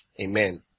Amen